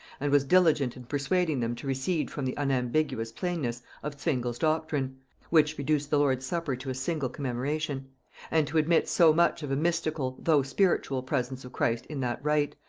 and was diligent in persuading them to recede from the unambiguous plainness of zwingle's doctrine which reduced the lord's supper to a simple commemoration and to admit so much of a mystical though spiritual presence of christ in that rite,